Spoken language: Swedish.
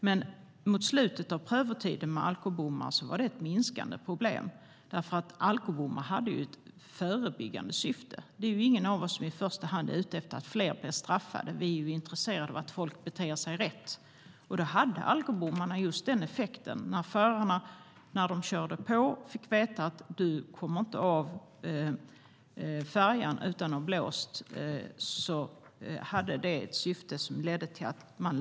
Mot slutet av prövotiden med alkobommar var det ett minskande problem, för alkobommarna hade ett förebyggande syfte. Ingen av oss är i första hand ute efter att fler blir straffade. Vi är intresserade av att folk beter sig rätt. Alkobommarna hade den effekten. När förarna körde på färjan fick de veta att de inte skulle komma av färjan utan att ha blåst, och det lärde de sig av.